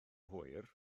hwyr